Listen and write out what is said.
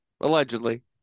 Allegedly